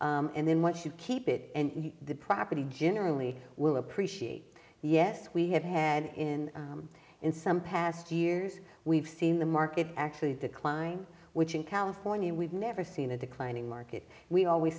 and then once you keep it and the property generally will appreciate yes we have had in in some past years we've seen the market actually decline which in california we've never seen a declining market we always